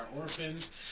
Orphans